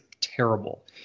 terrible